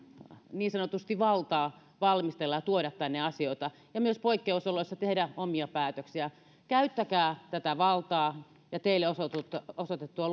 niin sanotusti valtaa valmistella ja tuoda tänne asioita ja myös poikkeusoloissa tehdä omia päätöksiä käyttäkää tätä valtaa ja teille osoitettua osoitettua